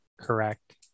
correct